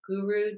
guru